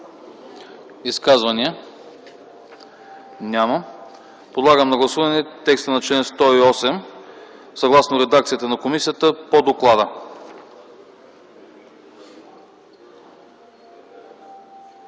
Изказвания? Няма. Подлагам на гласуване текста на чл. 109 съгласно редакцията на комисията по доклада.